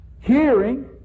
hearing